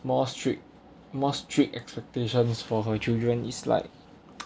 more strict more strict expectations for her children is like